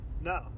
No